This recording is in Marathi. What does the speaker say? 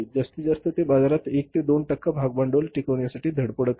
जास्तीत जास्त ते बाजारपेठेत 1 ते 2 टक्के भागभांडवल टिकविण्यासाठी धडपडत आहेत